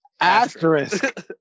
Asterisk